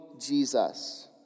Jesus